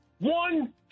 one